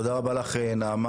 תודה רבה לך נעמה.